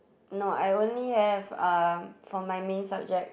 no I only have um for my main subject